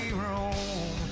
room